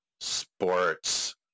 sports